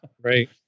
Right